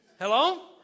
Hello